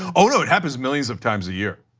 um you know it happens millions of times a year.